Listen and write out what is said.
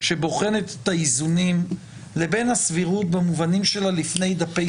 שבוחנת את האיזונים לבין הסבירות במובנים של לפני דפי